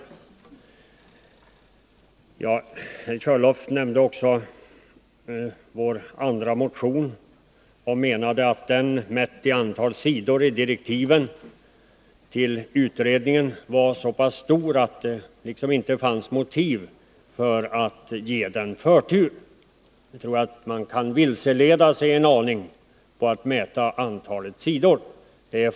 Björn Körlof nämnde också vår andra motion och menade att den, mätt i antal sidor avseende direktiv till utredningen, var så pass omfattande att det inte finns motiv för att ge den förtur. Jag tror att man kan vilseledas en aning genom att mäta antalet sidor.